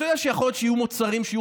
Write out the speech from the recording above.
אתה יודע שיכול להיות שיהיו מוצרים שיהיו